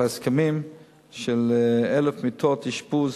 בהסכמים של 1,000 מיטות אשפוז,